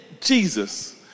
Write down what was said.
Jesus